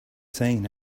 seen